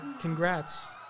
Congrats